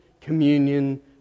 communion